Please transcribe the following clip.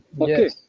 okay